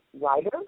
writer